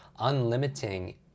unlimiting